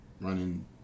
running